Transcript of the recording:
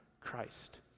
Christ